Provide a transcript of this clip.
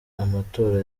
amatora